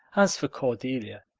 as for cordelia,